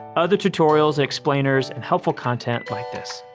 other tutorials, explainers, and helpful content like this.